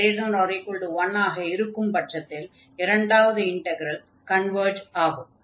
n≥1 ஆக இருக்கும் பட்சத்தில் இரண்டாவது இன்டக்ரல் கன்வர்ஜ் ஆகும்